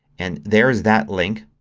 and there's that link.